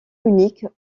unique